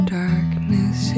darkness